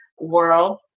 world